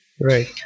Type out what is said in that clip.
Right